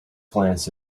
glance